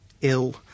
ill